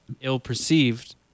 ill-perceived